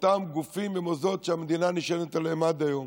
אותם גופים ומוסדות שהמדינה נשענת עליהם עד היום,